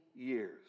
years